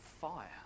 fire